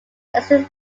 exist